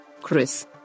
Chris